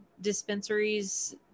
dispensaries